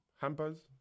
Hampers